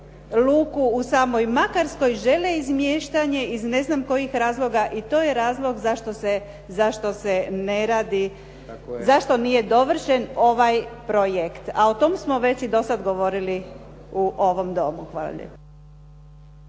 luku u samoj Makarskoj, žele izmještanje iz ne znam kojih razloga, i to je razlog zašto se ne radi, zašto nije dovršen ovaj projekt. A o tome smo već i do sada govorili u ovom domu. Hvala lijepa.